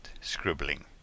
scribbling